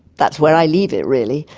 that's where i leave it really.